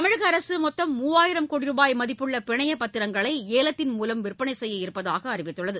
தமிழக அரசு மொத்தம் மூவாயிரம் கோடி ரூபாய் மதிப்புள்ள பிணையப் பத்திரங்களை ஏலத்தின் மூலம் விற்பனை செய்ய இருப்பதாக அறிவித்துள்ளது